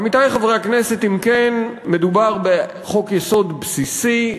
עמיתי חברי הכנסת, אם כן, מדובר בחוק-יסוד בסיסי,